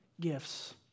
gifts